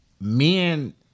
Men